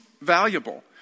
valuable